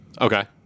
Okay